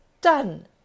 done